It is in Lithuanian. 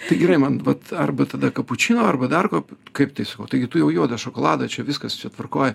tai gerai man vat arba tada kapučino arba dar ko kaip tai sakau taigi tu jau juodą šokoladą čia viskas čia tvarkoj